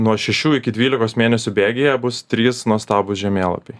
nuo šešių iki dvylikos mėnesių bėgyje bus trys nuostabūs žemėlapiai